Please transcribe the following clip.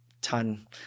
ton